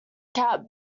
cat